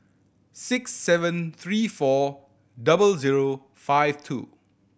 six seven three four double zero five two